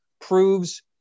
proves